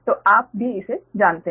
तो आप भी इसे जानते हैं